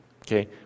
Okay